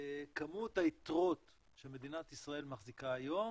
כמות היתרות לתוצר שמדינת ישראל מחזיקה היום